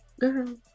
Girl